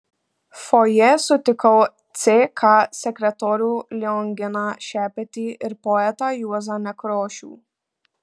fojė sutikau ck sekretorių lionginą šepetį ir poetą juozą nekrošių